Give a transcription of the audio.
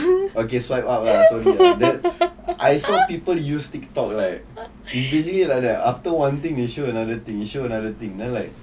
okay swipe up lah sorry lah that I saw people use tiktok right is basically like that after one thing they show another thing they show another thing and then like